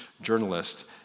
journalist